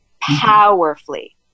powerfully